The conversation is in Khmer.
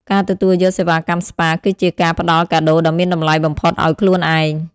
ការទទួលយកសេវាកម្មស្ប៉ាគឺជាការផ្ដល់កាដូដ៏មានតម្លៃបំផុតឱ្យខ្លួនឯង។